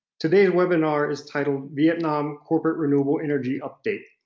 today's webinar is titled vietnam corporate renewable energy update.